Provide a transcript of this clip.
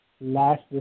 last